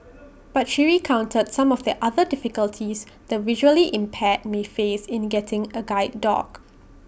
but she recounted some of the other difficulties the visually impaired may face in getting A guide dog